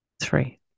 three